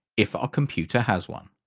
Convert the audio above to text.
if our computer has one.